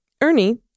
Ernie